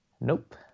Nope